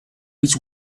which